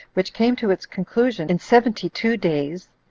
which came to its conclusion in seventy-two days,